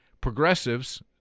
Progressives –